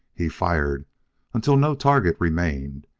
he fired until no target remained,